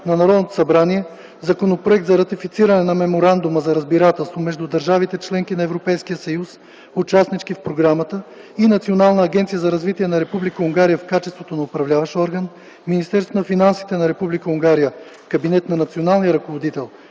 на Народното събрание Законопроект за ратифициране на Меморандума за разбирателство между държавите – членки на Европейския съюз, участнички в програмата, и Национална агенция за развитие на Република Унгария в качеството на Управляващ орган, Министерство на финансите на Република Унгария – Кабинет на Националния ръководител